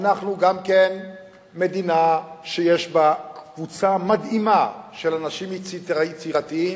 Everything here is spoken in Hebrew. אנחנו גם מדינה שיש בה קבוצה מדהימה של אנשים יצירתיים,